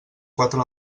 quatre